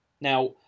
now